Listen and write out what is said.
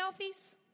selfies